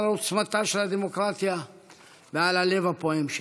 עוצמתה של הדמוקרטיה ועל הלב הפועם שלה.